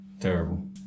Terrible